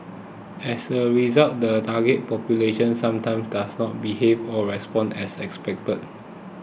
as a result the targeted population sometimes does not behave or respond as expected